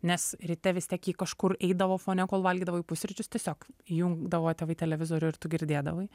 nes ryte vis tiek ji kažkur eidavo fone kol valgydavai pusryčius tiesiog įjungdavo tėvai televizorių ir tu girdėdavai